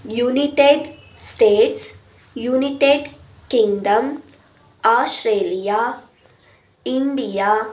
United States United Kingdom Australia India